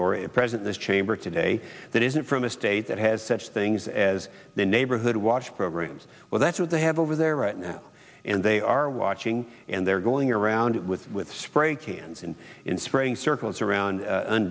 or a present this chamber today that isn't from a state that has such things as the neighborhood watch programs well that's what they have over there right now and they are watching and they're going around with spray cans and in spraying circles around an